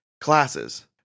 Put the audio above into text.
classes